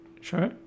sure